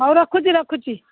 ହଉ ରଖୁଛି ରଖୁଛି